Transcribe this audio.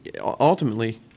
ultimately –